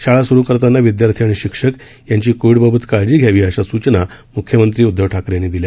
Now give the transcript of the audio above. शाळा सुरु करताना विदयार्थी आणि शिक्षक यांची कोविडबाबत काळजी घेण्यात यावी अशा सूचना मुख्यमंत्री ठाकरे यांनी दिल्या